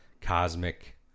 cosmic